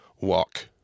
walk